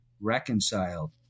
reconciled